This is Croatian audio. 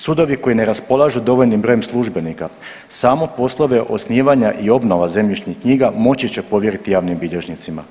Sudovi koji ne raspolažu dovoljnim brojem službenika samo poslove osnivanja i obnova zemljišnih knjiga moći će povjeriti javnim bilježnicima.